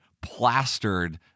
plastered